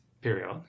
period